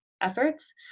efforts